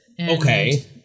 Okay